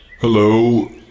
Hello